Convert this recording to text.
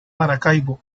maracaibo